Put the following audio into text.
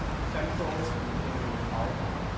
central to the machinery of politics.